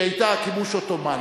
שהיתה כיבוש עות'מאני,